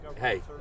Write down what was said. hey